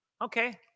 Okay